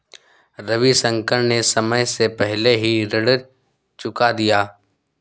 रविशंकर ने समय से पहले ही ऋण चुका दिया